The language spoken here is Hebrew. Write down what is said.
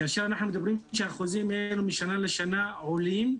כאשר אנחנו מדברים שהאחוזים האלו משנה לשנה עולים.